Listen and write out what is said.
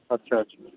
अच्छा अच्छा